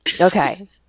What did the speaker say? Okay